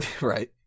Right